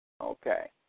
Okay